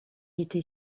était